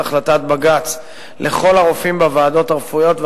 החלטת בג"ץ לכל הרופאים בוועדות הרפואיות,